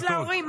לתת להורים.